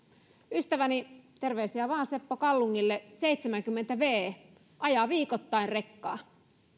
ystäväni terveisiä vaan seppo kallungille seitsemänkymmentä vuotta ajaa viikoittain rekkaa